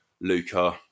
Luca